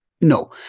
No